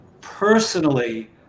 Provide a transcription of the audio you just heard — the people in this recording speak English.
personally